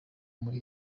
muri